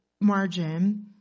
margin